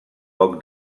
poc